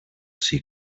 see